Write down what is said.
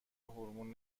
هورمون